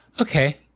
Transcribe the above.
Okay